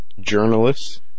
journalists